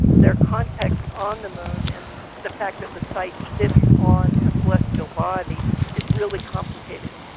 their context on the moon and the fact that the site sits on a celestial body is really complicated.